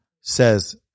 says